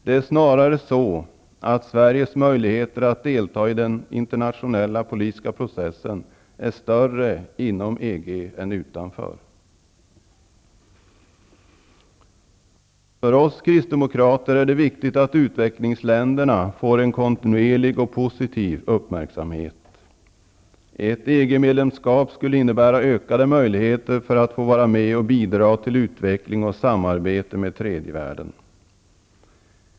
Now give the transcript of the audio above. Det är snarare så att Sveriges möjligheter att delta i den internationella politiska processen är större inom EG än utanför. För oss kristdemokrater är det viktigt att utvecklingsländerna får en kontinuerlig och positiv uppmärksamhet. Ett EG-medlemsskap skulle innebära ökade möjligheter att få vara med att bidra till utveckling av och samarbete med tredje världen.